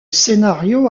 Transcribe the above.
scénario